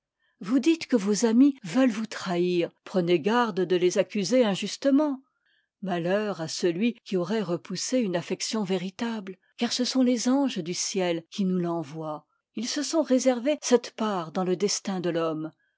vous dites que vos amis veulent vous trahir prenez garde de les accuser injustement malheur à celui qui aurait repoussé une affection véri table car ce sont les anges du ciel qui nous l'en voient ils se sont réservé cette part dans le destin de t'homme